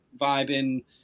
vibing